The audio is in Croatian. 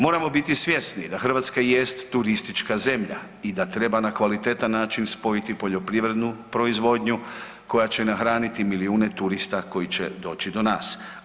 Moramo biti svjesni da Hrvatska jest turistička zemlja i da treba na kvalitetan način spojiti poljoprivrednu proizvodnju koja će nahraniti milijune turista koji će doći do nas.